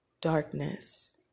darkness